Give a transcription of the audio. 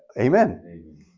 Amen